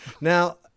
now